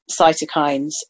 cytokines